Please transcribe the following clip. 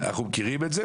אנחנו מכירים את זה.